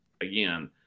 again